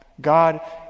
God